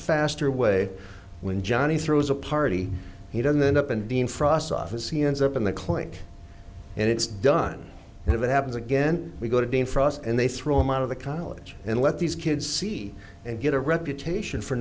faster way when johnny throws a party he doesn't end up in dean frost office he ends up in the clink and it's done and if it happens again we go to dean frost and they throw him out of the college and let these kids see and get a reputation for